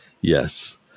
Yes